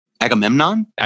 Agamemnon